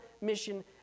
mission